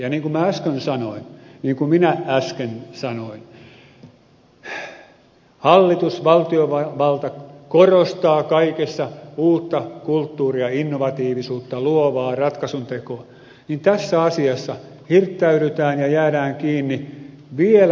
ja niin kuin minä äsken sanoin hallitus valtiovalta korostaa kaikessa uutta kulttuuria innovatiivisuutta luovaa ratkaisuntekoa mutta tässä asiassa hirttäydytään ja jäädään kiinni vielä pahempaan